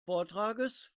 vortrages